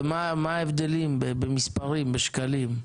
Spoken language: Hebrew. מה ההבדלים במספרים, בשקלים,